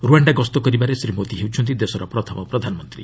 Rwanda ଗସ୍ତ କରିବାରେ ଶ୍ରୀ ମୋଦି ହେଉଛନ୍ତି ଦେଶର ପ୍ରଥମ ପ୍ରଧାନମନ୍ତ୍ରୀ